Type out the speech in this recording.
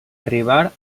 arribar